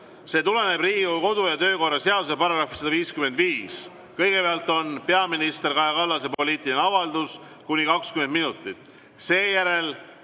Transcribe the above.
See tuleneb Riigikogu kodu‑ ja töökorra seaduse §‑st 155. Kõigepealt on peaminister Kaja Kallase poliitiline avaldus kuni 20 minutit.